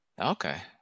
okay